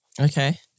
Okay